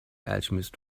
alchemist